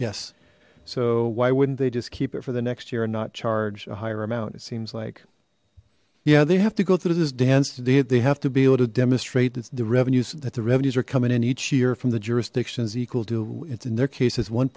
yes so why wouldn't they just keep it for the next year and not charge a higher amount it seems like yeah they have to go through this dance today they have to be able to demonstrate the revenues that the revenues are coming in each year from the jurisdictions equal to its in their cases